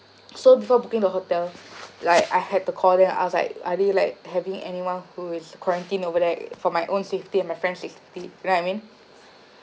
so before booking the hotel like I had to call them and ask like are they like having anyone who is quarantined over there for my own safety and my friend's safety you know what I mean